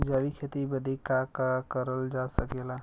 जैविक खेती बदे का का करल जा सकेला?